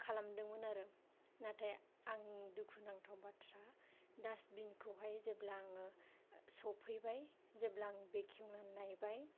खालामदोंमोन आरो नाथाइ आं दुखु नांथाव बाथ्रा दासबिनखौहाय जेब्ला आङो सौफैबाय जेब्ला आं बेखेवनानै नायबाय